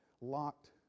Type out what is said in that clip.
locked